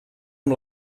amb